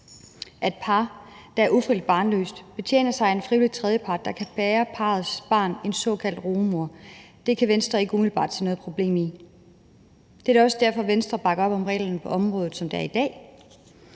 at par, der er ufrivilligt barnløst, betjener sig af en frivillig tredjepart, der kan bære parrets barn, en såkaldt rugemor. Det kan Venstre ikke umiddelbart se noget problem i. Det er da også derfor, at Venstre bakker op om reglerne på området, som de er i dag,